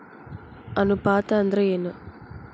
ಅನುಪಾತ ಅಂದ್ರ ಏನ್?